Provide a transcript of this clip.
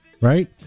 Right